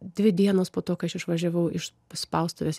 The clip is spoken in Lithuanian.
dvi dienos po to kai aš išvažiavau iš spaustuvės